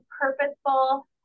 purposeful